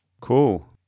Cool